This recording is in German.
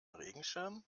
regenschirm